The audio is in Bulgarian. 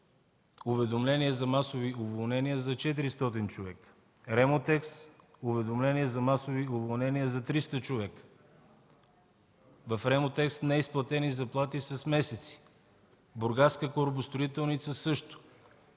уведомления за масови уволнения за 400 човека; „Ремотекс” – уведомления за масови уволнения за 300 човека. В „Ремотекс” са с неизплатени заплати с месеци. В Бургаската корабостроителница – също.